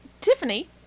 Tiffany